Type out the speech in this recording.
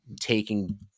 taking